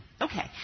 Okay